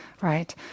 Right